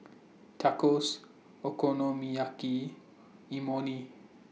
Tacos Okonomiyaki Imoni